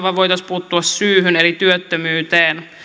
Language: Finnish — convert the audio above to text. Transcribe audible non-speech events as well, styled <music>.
<unintelligible> vaan voitaisiin puuttua syyhyn eli työttömyyteen